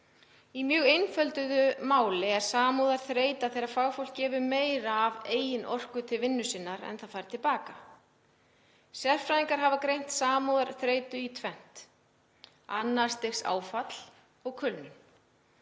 Í mjög einfölduðu máli er samkenndarþreyta það þegar fagfólk gefur meira af eigin orku til vinnu sinnar en það fær til baka. Sérfræðingar hafa greint samkenndarþreytu í tvennt, annars stigs áfall og kulnun.